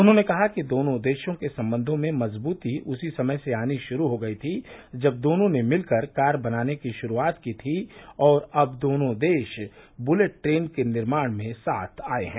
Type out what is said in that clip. उन्होंने कहा कि दोनों देशों के संबंधों में मजबूती उसी समय से आनी शुरू हो गई थी जब दोनों ने मिलकर कार बनाने की शुरूआत की थी और अब दोनों देश बुलेट ट्रेन के निर्माण में साथ आए हैं